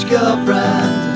girlfriend